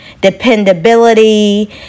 dependability